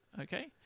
okay